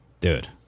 Dude